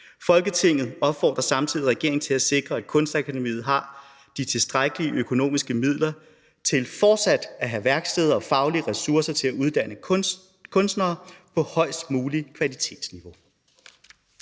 Folketinget opfordrer samtidig regeringen til at sikre, at Det Kongelige Danske Kunstakademis Billedkunstskoler har de tilstrækkelige økonomiske midler til fortsat at have værksteder og faglige ressourcer til at uddanne kunstnere på højest mulige kvalitetsniveau.«